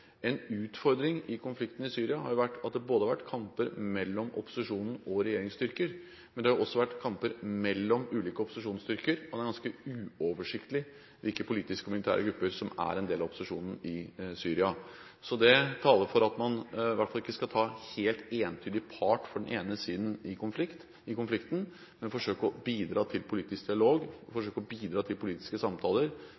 En utfordring i konflikten i Syria har vært at det har vært kamper både mellom opposisjonen og regjeringsstyrker og mellom ulike opposisjonsstyrker, og det er ganske uoversiktlig hvilke politiske og militære grupper som er en del av opposisjonen i Syria. Det taler for at man i hvert fall ikke skal ta helt entydig part for den ene siden i konflikten, men forsøke å bidra til politisk dialog,